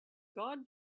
god